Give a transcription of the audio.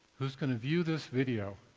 who is going to view this video